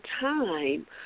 time